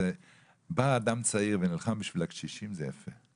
בא אדם צעיר ונלחם בשביל הקשישים, זה יפה.